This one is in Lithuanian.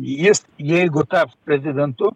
jis jeigu taps prezidentu